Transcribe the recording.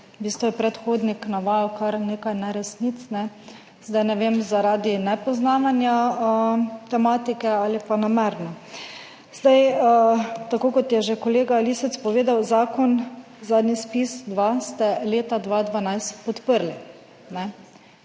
v bistvu je predhodnik navajal kar nekaj neresnic. Zdaj, ne vem, zaradi nepoznavanja tematike ali pa namerno. Zdaj tako kot je že kolega Lisec povedal, zakon, zadnji ZPIZ-2 ste leta 2012 podprli.